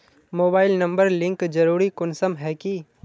Mobile number link जरुरी कुंसम है की?